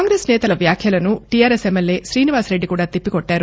కాంగ్రెస్ నేతల వ్యాఖ్యలను టీఆర్ఎస్ ఎమ్మెల్యే శ్రీనివాస్ రెడ్డి కూడా తిప్పికొట్టారు